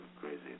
crazy